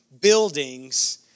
buildings